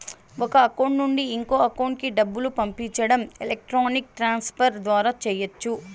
ఒక అకౌంట్ నుండి ఇంకో అకౌంట్ కి డబ్బులు పంపించడం ఎలక్ట్రానిక్ ట్రాన్స్ ఫర్ ద్వారా చెయ్యచ్చు